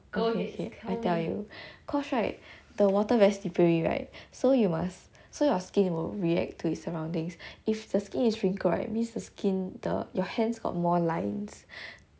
okay okay I tell you cause right the water very slippery right so you must so your skin will react to your surroundings if the skin is wrinkled right means the skin the your hands got more lines